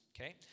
okay